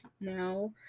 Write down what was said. now